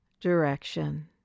direction